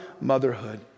Motherhood